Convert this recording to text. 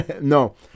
No